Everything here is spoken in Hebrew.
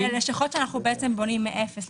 -- על הלשכות שאנחנו בעצם בונים מאפס,